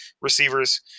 receivers